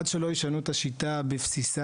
עד שלא ישנו את התפיסה בבסיסה,